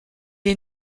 est